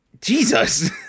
Jesus